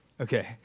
Okay